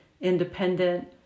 independent